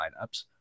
lineups